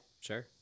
sure